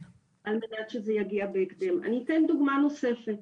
דוגמה נוספת,